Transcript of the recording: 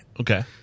Okay